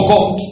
God